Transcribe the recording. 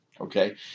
okay